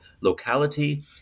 locality